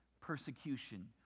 persecution